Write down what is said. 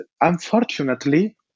unfortunately